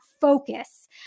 focus